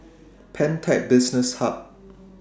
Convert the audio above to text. Pantech Business Hub